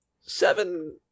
seven